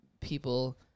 people